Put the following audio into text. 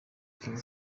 kim